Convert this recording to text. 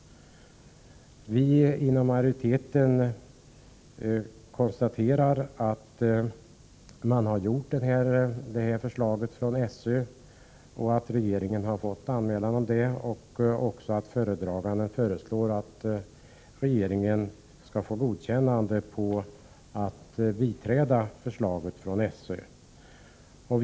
Utskottsmajoriteten konstaterar att regeringen har fått anmälan om förslaget, som tillstyrks av föredraganden, och att regeringen vill att riksdagen skall ge sitt godkännande.